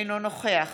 אינו נוכח